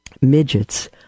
midgets